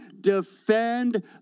defend